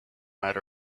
might